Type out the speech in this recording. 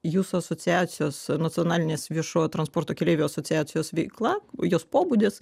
jūsų asociacijos nacionalinės viešojo transporto keleivių asociacijos veikla jos pobūdis